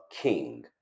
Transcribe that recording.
King